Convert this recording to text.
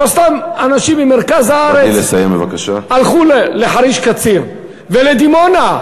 לא סתם אנשים ממרכז הארץ הלכו לחריש-קציר ולדימונה.